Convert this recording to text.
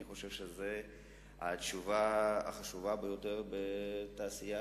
אני חושב שזו התשובה החשובה ביותר בתעשייה,